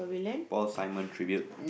Paul Simon Tribute